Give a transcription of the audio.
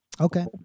Okay